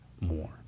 more